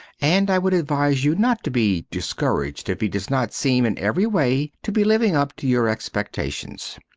and i would advise you not to be discouraged if he does not seem, in every way, to be living up to your expectations.